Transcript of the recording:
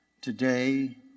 Today